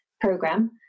program